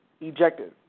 ejected